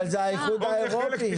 אבל זה האיחוד האירופי.